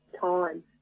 time